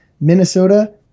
minnesota